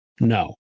No